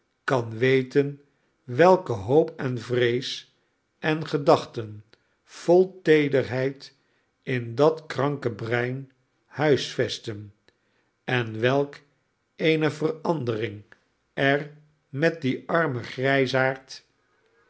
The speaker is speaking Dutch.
kan weten welke hoop en vrees en gedachten vol teederheid in dat kranke brein huisvestten en welk eene verandering er met dien armen